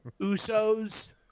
Usos